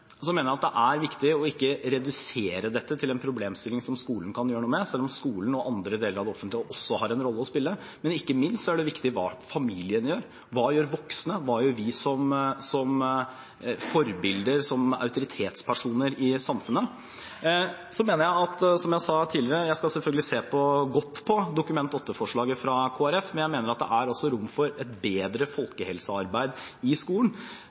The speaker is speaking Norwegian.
mener at det er viktig ikke å redusere dette til en problemstilling som skolen kan gjøre noe med, selv om skolen og andre deler av det offentlige også har en rolle å spille. Ikke minst er det viktig hva familien gjør. Hva gjør voksne, hva gjør vi som forbilder, som autoritetspersoner i samfunnet? Så mener jeg, som jeg sa tidligere – og jeg skal selvfølgelig se godt på Dokument 8-forslaget fra Kristelig Folkeparti – at det også er rom for et bedre folkehelsearbeid i skolen.